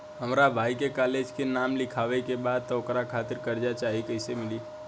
हमरा भाई के कॉलेज मे नाम लिखावे के बा त ओकरा खातिर कर्जा चाही कैसे मिली?